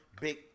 big